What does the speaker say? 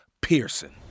Pearson